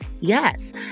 yes